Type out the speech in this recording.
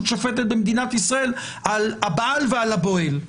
שופטת במדינת ישראל על הבעל ועל הבועל.